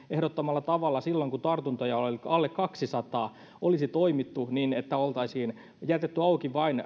ehdottamalla tavalla silloin kun tartuntoja oli alle kaksisataa olisi toimittu niin että oltaisiin jätetty auki vain